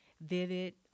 vivid